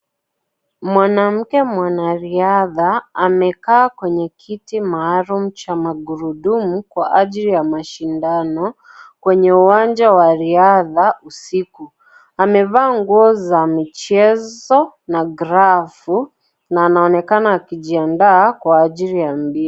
Mwanamke mwanariadha. Amekaa kwenye kiti maalum cha makurudumu kwa ajili ya mashindano. Kwenye uwanja wa riadha usiku. Amevaa nguo za michezo na glavu na anaonekana akijiandaa kwa ajili ya mbio.